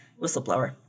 whistleblower